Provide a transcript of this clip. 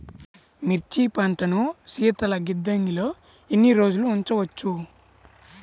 మిర్చి పంటను శీతల గిడ్డంగిలో ఎన్ని రోజులు ఉంచవచ్చు?